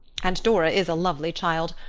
and dora is a lovely child,